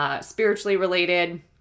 spiritually-related